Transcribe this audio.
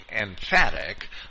emphatic